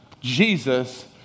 Jesus